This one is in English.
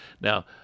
Now